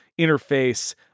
interface